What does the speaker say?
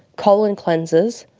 colon cleanses,